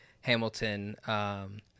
Hamilton